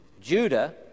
Judah